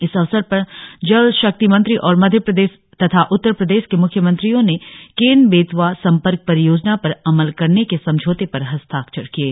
इस अवसर पर जल शक्ति मंत्री और मध्य प्रदेश तथा उत्तर प्रदेश के मुख्यमंत्रियों ने केन बेतवा संपर्क परियोजना पर अमल करने के समझौते पर हस्ताक्षर किये